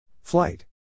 Flight